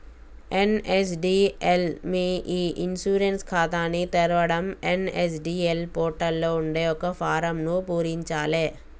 NSDL మీ e insurance ఖాతాని తెరవడం ఎన్.ఎస్.డి.ఎల్ పోర్టల్ లో ఉండే ఒక ఫారమ్ను పూరించాలే